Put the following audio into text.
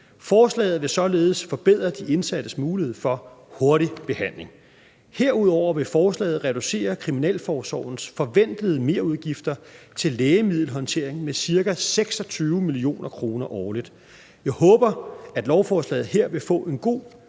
Forslaget vil således forbedre de indsattes mulighed for hurtig behandling. Herudover vil forslaget reducere kriminalforsorgens forventede merudgifter til lægemiddelhåndtering med ca. 26 mio. kr. årligt. Jeg håber, at lovforslaget her vil få en god